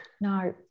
No